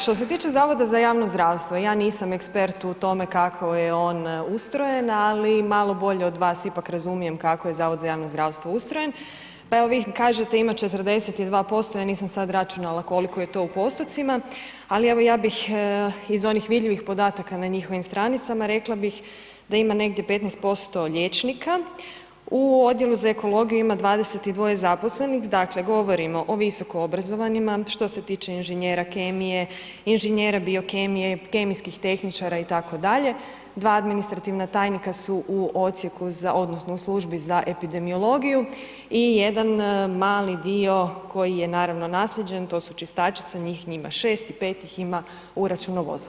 Što se tiče Zavoda za javno zdravstvo, ja nisam ekspert u tome kako je on ustrojen, ali malo bolje od vas ipak razumijem kako je Zavod za javno ustrojen, pa evo vi kažete ima 42% ja nisam sad računala koliko je to u postocima, ali ja bih iz onih vidljivim podataka na njihovim stranicama, rekla bih da ima negdje 15% liječnika, u Odjelu za ekologiju ima 22 zaposlenih, dakle govorimo o visokoobrazovanima što se tiče inženjera kemije, inžinjera biokemije, kemijskih tehničara, 2 administrativna tajnika su u odsjeku u odnosno u Službi za epidemiologiju i jedan mali dio koji je naravno naslijeđen to su čistačice, njih ima 6 i 5 ih ima u računovodstvu.